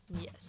Yes